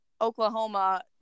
Oklahoma